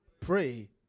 pray